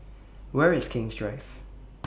Where IS King's Drive